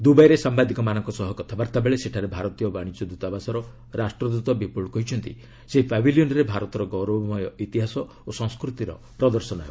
ଦୁବାଇରେ ସାମ୍ଭାଦିକମାନଙ୍କ ସହ କଥାବାର୍ତ୍ତାବେଳେ ସେଠାରେ ଭାରତୀୟ ବାଣିଜ୍ୟ ଦୂତାବାସର ରାଷ୍ଟ୍ରଦୂତ ବିପୁଳ କହିଛନ୍ତି ସେହି ପାଭିଲିୟନ୍ରେ ଭାରତର ଗୌରବମୟ ଇତିହାସ ଓ ସଂସ୍କୃତିର ପ୍ରଦର୍ଶନ ହେବ